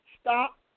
stop